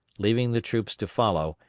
leaving the troops to follow,